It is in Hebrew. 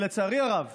לצערי הרב,